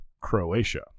Croatia